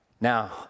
Now